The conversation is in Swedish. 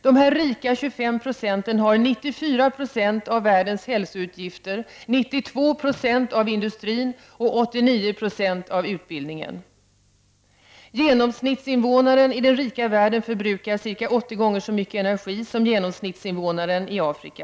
Dessa rika 25 90 har 94 96 av världens hälsoutgifter, 92 Zo av industrin och 89 20 av utbildningen. —- Genomsnittsinvånaren i den rika världen förbrukar ca 80 gånger så mycket energi som genomsnittsinvånaren i Afrika.